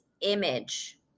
image